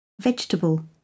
Vegetable